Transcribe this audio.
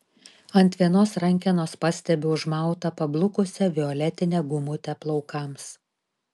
ant vienos rankenos pastebiu užmautą pablukusią violetinę gumutę plaukams